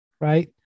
right